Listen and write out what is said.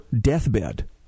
deathbed